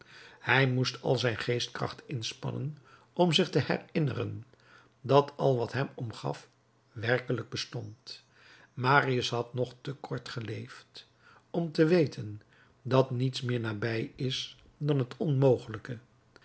hij moest al zijn geestkracht inspannen om zich te herinneren dat al wat hem omgaf werkelijk bestond marius had nog te kort geleefd om te weten dat niets meer nabij is dan het onmogelijke